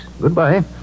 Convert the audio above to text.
Goodbye